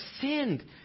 sinned